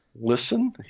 listen